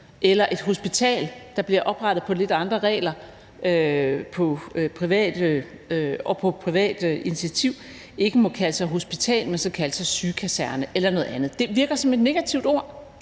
eller hvis et hospital, der bliver oprettet på lidt andre regler og på privat initiativ, ikke må kalde sig hospital, men skal kalde sig sygekaserne eller noget andet. Det virker som et negativt ord,